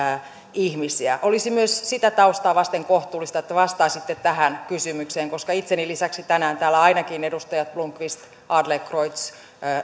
ihmisiä olisi myös sitä taustaa vasten kohtuullista että vastaisitte tähän kysymykseen koska itseni lisäksi tänään täällä ainakin edustajat blomqvist adlercreutz